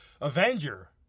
Avenger